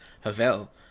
Havel